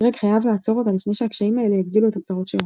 גרג חייב לעצור אותה לפני שהקשיים האלה יגדילו את הצרות שלו.